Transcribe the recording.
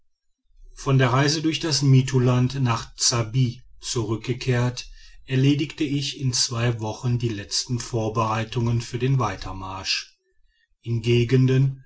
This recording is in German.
von der reise durch das mittuland nach ssabbi zurückgekehrt erledigte ich in zwei wochen die letzten vorbereitungen für den weitermarsch in gegenden